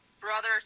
brother